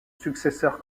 successeur